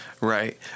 right